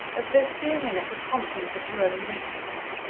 as though seeing in it the promptings of her own weakness.